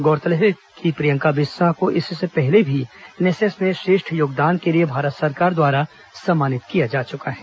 गौरतलब है कि प्रियंका बिस्सा को इससे पहले भी एनएसएस में श्रेष्ठ योगदान के लिए भारत सरकार द्वारा सम्मानित किया जा चुका है